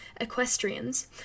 equestrians